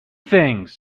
things